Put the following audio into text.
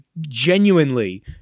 genuinely